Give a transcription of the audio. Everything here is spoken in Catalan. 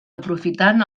aprofitant